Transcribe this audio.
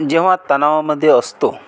जेव्हा तणावामध्ये असतो